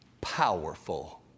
powerful